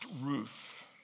roof